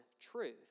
truth